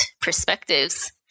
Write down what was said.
perspectives